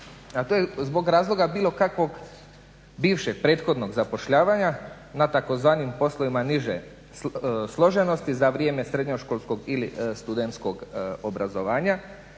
a to je zbog razloga bilo kakvog bivšeg, prethodnog zapošljavanja na tzv. poslovima niže složenosti za vrijeme srednjoškolskog ili studentskog obrazovanja.